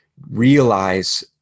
realize